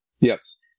Yes